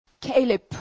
Caleb